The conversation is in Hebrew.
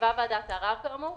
קבעה ועדת הערר כאמור,